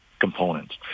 components